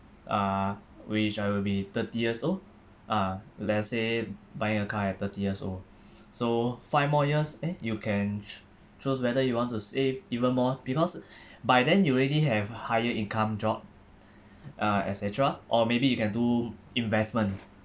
uh which I will be thirty years old ah let's say buying a car at thirty years old so five more years eh you can ch~ choose whether you want to save even more because by then you already have higher income job uh et cetera or maybe you can do investment